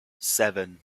seven